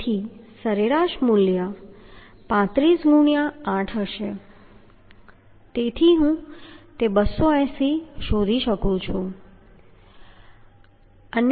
તેથી સરેરાશ મૂલ્ય 35 ગુણ્યાં 8 હશે તેથી હું તે 280 શોધી શકું છું